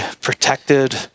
protected